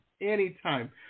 Anytime